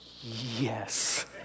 Yes